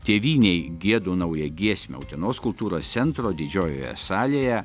tėvynei giedu naują giesmę utenos kultūros centro didžiojoje salėje